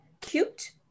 cute